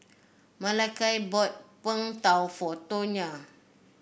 Malakai bought Png Tao for Tonya